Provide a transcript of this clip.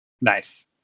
Nice